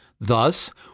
Thus